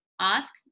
ask